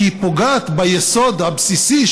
כי היא פוגעת ביסוד הבסיסי,